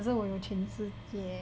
可是我有全世界